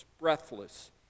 breathless